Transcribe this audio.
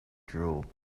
drool